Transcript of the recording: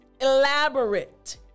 elaborate